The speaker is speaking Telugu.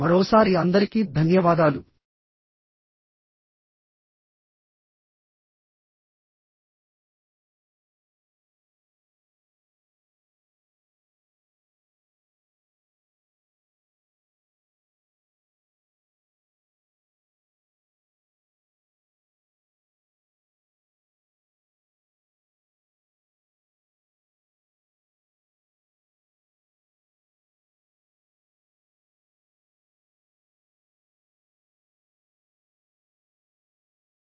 మరోసారి అందరికి ధన్యవాదాలు